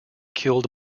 killed